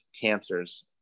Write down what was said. cancers